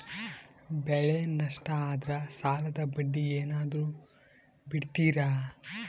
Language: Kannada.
ಬೆಳೆ ನಷ್ಟ ಆದ್ರ ಸಾಲದ ಬಡ್ಡಿ ಏನಾದ್ರು ಬಿಡ್ತಿರಾ?